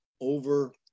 over